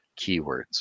keywords